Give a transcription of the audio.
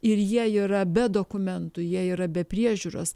ir jie yra be dokumentų jie yra be priežiūros